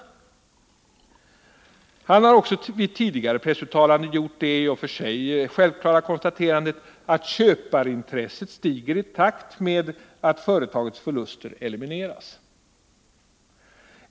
Medelstillskott till Han har också vid tidigare pressuttalanden gjort det i och för sig självklara — Datasaab AB konstaterandet att köparintresset stiger i takt med att företagets förluster elimineras.